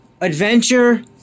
adventure